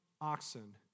oxen